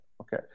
Okay